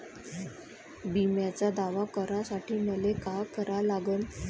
बिम्याचा दावा करा साठी मले का करा लागन?